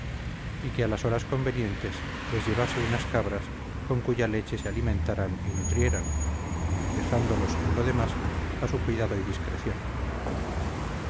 y que a las horas convenientes les llevase unas cabras con cuya leche se alimentaran y nutrieran dejándolos en lo demás a su cuidado y discreción